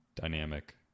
dynamic